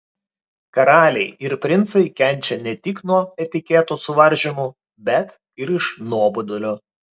karaliai ir princai kenčia ne tik nuo etiketo suvaržymų bet ir iš nuobodulio